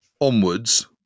Onwards